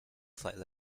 flight